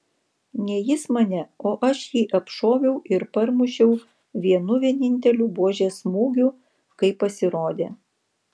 ne jis mane o aš jį apšoviau ir parmušiau vienu vieninteliu buožės smūgiu kai pasirodė